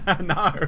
No